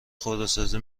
خودروسازی